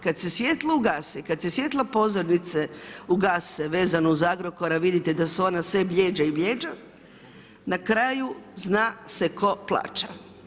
Kad se svjetlo ugasi, kad se svjetla pozornice ugase vezano uz Agrokor a vidite da su ona sve bljeđa i bljeđa, na kraju zna se tko plaća.